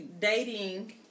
dating